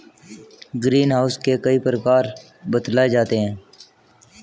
green house के कई प्रकार बतलाए जाते हैं